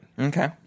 Okay